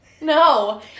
No